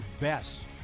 best